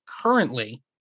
currently